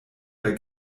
der